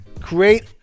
Create